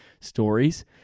stories